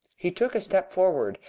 he took a step forward,